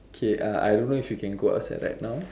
okay uh I don't know if you can go outside right now